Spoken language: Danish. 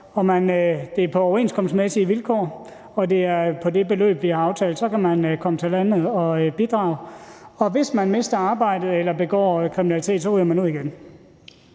det er på overenskomstmæssige vilkår og til det beløb, som vi har aftalt, kan man komme til landet og bidrage. Og hvis man mister arbejdet eller begår kriminalitet, ryger man ud igen.